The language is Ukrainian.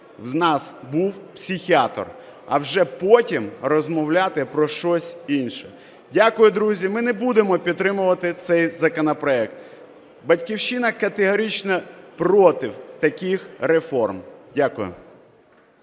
в нас був психіатр, а вже потім розмовляти про щось інше. Дякую, друзі. Ми не будемо підтримувати цей законопроект. "Батьківщина" категорично проти таких реформ.